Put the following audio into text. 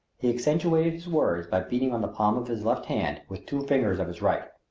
he accentuated his words by beating on the palm of his left hand with two fingers of his right.